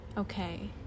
okay